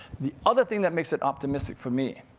the other thing that makes it optimistic for me,